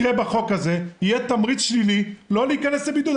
הזה יהיה תמריץ שלילי לא להיכנס לבידוד,